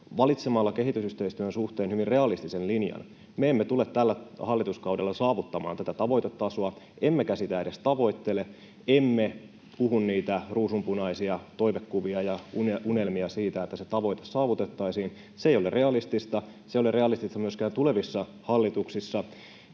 valitsemalla kehitysyhteistyön suhteen hyvin realistisen linjan. Me emme tule tällä hallituskaudella saavuttamaan tätä tavoitetasoa, emmekä sitä edes tavoittele. Emme puhu niitä ruusunpunaisia toivekuvia ja unelmia siitä, että se tavoite saavutettaisiin. Se ei ole realistista, se ei ole realistista myöskään tulevissa hallituksissa,